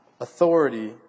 authority